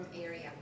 area